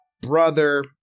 brother